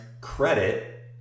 credit